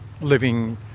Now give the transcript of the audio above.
living